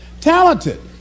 talented